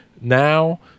now